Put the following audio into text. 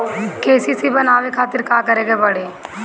KCC बनवावे खातिर का करे के पड़ी?